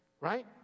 right